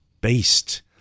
based